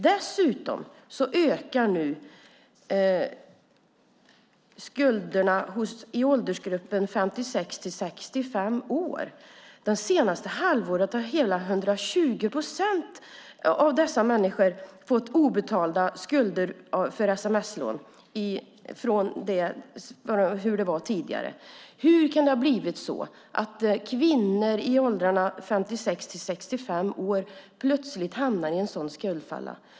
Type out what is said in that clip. Dessutom ökar nu skulderna i åldersgruppen 56-65 år. Det senaste halvåret har ökningen av obetalda skulder på grund av sms-lån i den åldersgruppen varit hela 120 procent. Hur kan det ha blivit så att kvinnor i åldrarna 56-65 år plötsligt hamnar i en sådan skuldfälla?